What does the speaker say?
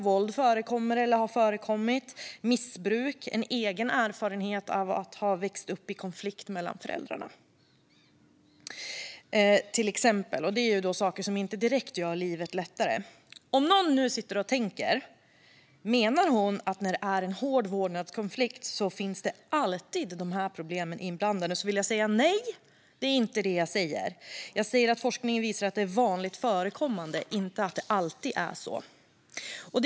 Våld förekommer eller har förekommit. Det kan också vara missbruk, och man kan ha en egen erfarenhet av att ha växt upp i konflikt mellan föräldrarna. Det är saker som inte direkt gör livet lättare. Nu sitter kanske någon och tänker: Menar hon att de här problemen alltid är inblandade i en hård vårdnadskonflikt? Nej, det är inte det jag säger. Jag säger att forskningen visar att det är vanligt förekommande, inte att det alltid är så.